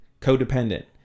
Codependent